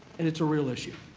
and it's a real issue.